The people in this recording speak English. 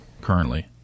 currently